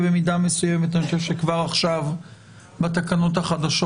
ובמידה מסוימת אני חושב שכבר עכשיו בתקנות החדשות